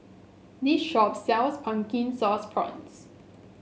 this shop sells Pumpkin Sauce Prawns